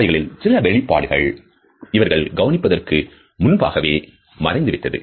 அவைகளில் சில வெளிப்பாடுகள் இவர்கள் கவனிப்பதற்கு முன்பாகவே மறைந்துவிட்டது